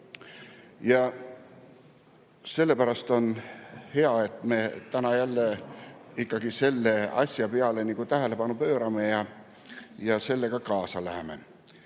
Sellepärast on hea, et me täna jälle ikkagi sellele asjale tähelepanu pöörame ja sellega kaasa läheme.